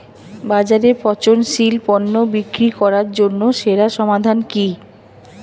বাজারে পচনশীল পণ্য বিক্রি করার জন্য সেরা সমাধান কি?